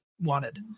wanted